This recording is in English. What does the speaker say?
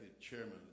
chairman